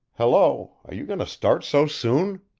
hello, are you going to start so soon?